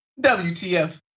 WTF